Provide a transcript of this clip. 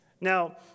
Now